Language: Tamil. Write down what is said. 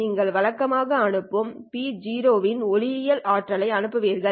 நீங்கள் வழக்கமாக அனுப்பும் P0 இன் ஒளியியல் ஆற்றலை அனுப்புகிறீர்கள்